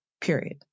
period